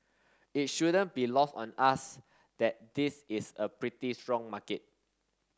it shouldn't be lost on us that this is a pretty strong market